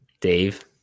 Dave